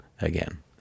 again